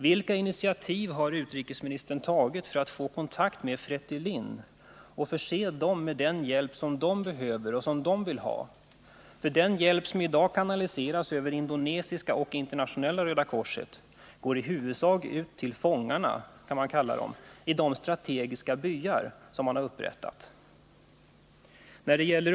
Vilka initiativ har utrikesministern tagit för att få kontakt med befrielserörelsen FRETILIN för att förse den med den hjälp som den behöver och vill ha? Den hjälp som i dag kanaliseras över Indonesiska resp. Internationella röda korset går i huvudsak till ”fångarna” i de strategiska byar som har upprättats.